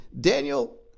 Daniel